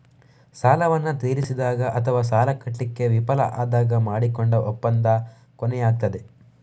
ಸಾಲವನ್ನ ತೀರಿಸಿದಾಗ ಅಥವಾ ಸಾಲ ಕಟ್ಲಿಕ್ಕೆ ವಿಫಲ ಆದಾಗ ಮಾಡಿಕೊಂಡ ಒಪ್ಪಂದ ಕೊನೆಯಾಗ್ತದೆ